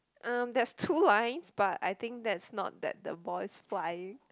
um there's two lines but I think that's not that the boys fly